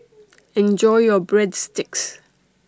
Enjoy your Breadsticks